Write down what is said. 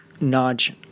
nudge